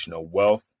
wealth